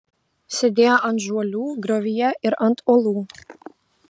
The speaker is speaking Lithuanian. sėdėjo ant žuolių griovyje ir ant uolų